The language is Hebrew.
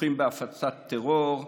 שתומכים בהפצת טרור,